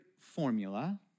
formula